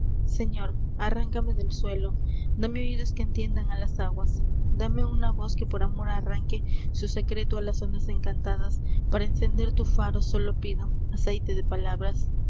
señor arráncame del suelo dame oídos j ue entiendan a las aguas ame un voz que por amor arranque secreto a las ondas encantadas ara encender tu faro sólo pido ceite de palabras